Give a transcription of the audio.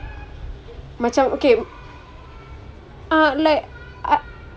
macam okay uh like